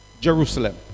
Jerusalem